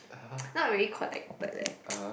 not really collected leh